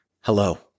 Hello